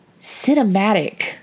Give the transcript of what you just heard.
cinematic